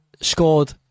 scored